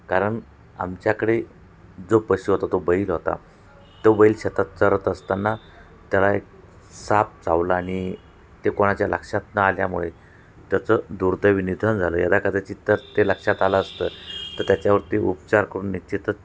कारण आमच्याकडे जो पशू होता तो बैल होता तो बैल शेतात चरत असताना त्याला एक साप चावला आणि ते कोणाच्या लक्षात न आल्यामुळे त्याचं दुर्दैवी निधन झालं यदाकदाचित तर ते लक्षात आलं असतं तर त्याच्यावर ते उपचार करून निश्चितच